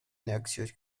noxious